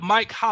Mike